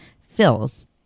fills